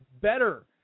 better